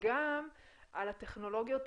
וגם על הטכנולוגיות,